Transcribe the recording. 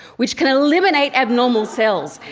which can eliminate abnormal cells.